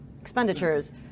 expenditures